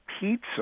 pizza